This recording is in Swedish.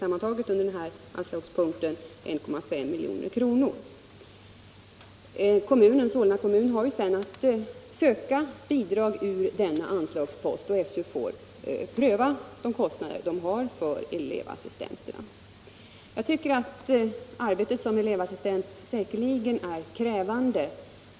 Beloppet under den här anslagspunkten är nu tillsammantaget 1,5 milj.kr. Solna kommun har att söka bidrag ur denna anslagspost, och SÖ får pröva de kostnader som kommunen har för elevassistenterna. Arbetet som elevassistent är säkert krävande.